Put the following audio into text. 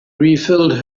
refilled